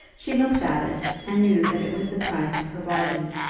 she looked at it, and knew that it was the price of her bargain.